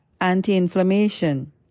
anti-inflammation